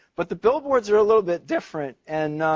but the billboards are a little bit different. and,